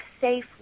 safe